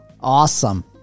Awesome